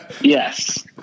Yes